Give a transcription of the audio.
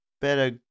better